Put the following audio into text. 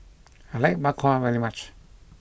I like Bak Kwa very much